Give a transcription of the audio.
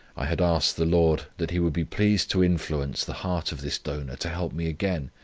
i had asked the lord, that he would be pleased to influence the heart of this donor to help me again,